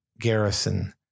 garrison